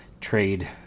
trade